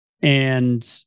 and-